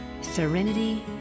serenity